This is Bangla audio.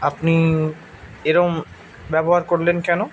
আপনি এরকম ব্যবহার করলেন কেন